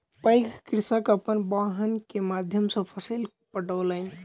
पैघ कृषक अपन वाहन के माध्यम सॅ फसिल पठौलैन